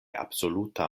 absoluta